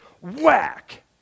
whack